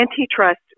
antitrust